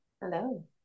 Hello